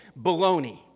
Baloney